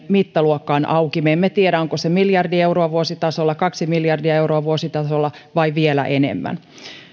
mittaluokka on auki me emme tiedä onko se miljardi euroa vuositasolla kaksi miljardia euroa vuositasolla vai vielä enemmän